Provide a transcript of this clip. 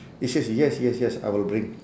he says yes yes yes I will bring